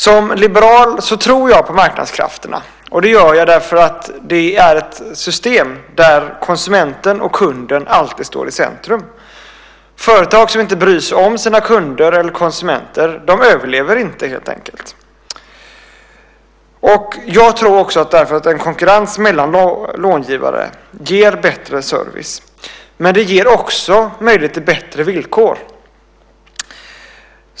Som liberal tror jag på marknadskrafterna. Det gör jag för att det är ett system där konsumenten och kunden alltid står i centrum. Företag som inte bryr sig om sina kunder eller konsumenter överlever inte, helt enkelt. Jag tror därför också att en konkurrens mellan långivare ger bättre service. Det ger också möjlighet till bättre villkor.